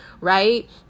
right